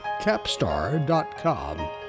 capstar.com